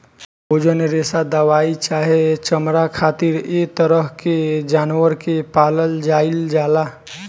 भोजन, रेशा दवाई चाहे चमड़ा खातिर ऐ तरह के जानवर के पालल जाइल जाला